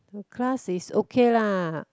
the class is okay lah